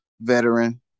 veteran